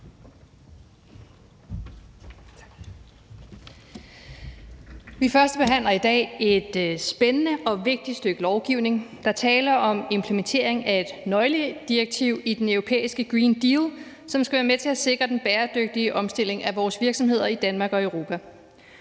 Vi førstebehandler i dag et vigtigt og spændende stykke lovgivning. Der er tale om implementering af et nøgledirektiv i den europæiske green deal, som skal være med til at sikre den bæredygtige omstilling af vores virksomheder i Danmark og Europa.